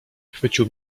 chwycił